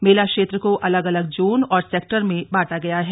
मेला क्षेत्र को अलग अलग जोन और सेक्टर में बांटा गया है